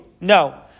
No